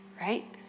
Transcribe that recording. right